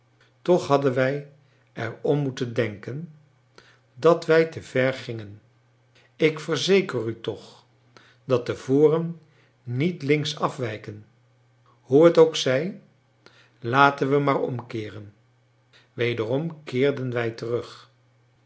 toch hadden wij erom moeten denken dat wij te ver gingen ik verzeker u toch dat de voren niet links afwijken hoe het ook zij laten we maar omkeeren wederom keerden wij terug